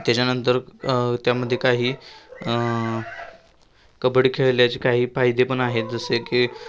त्याच्यानंतर त्यामध्ये काही कबड्डी खेळल्याचे काही फायदे पण आहेत जसे की